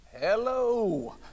hello